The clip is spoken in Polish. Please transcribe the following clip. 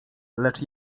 lecz